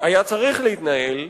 היה צריך להתנהל,